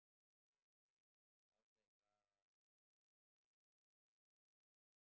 you know actually I was like uh not say I was doing very rich